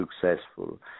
successful